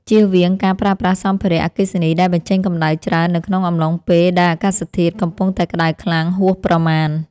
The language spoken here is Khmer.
ជៀសវាងការប្រើប្រាស់សម្ភារៈអគ្គិសនីដែលបញ្ចេញកម្តៅច្រើននៅក្នុងអំឡុងពេលដែលអាកាសធាតុកំពុងតែក្តៅខ្លាំងហួសប្រមាណ។